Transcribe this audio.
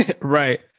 Right